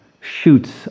shoots